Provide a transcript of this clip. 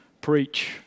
preach